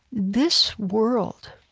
this world,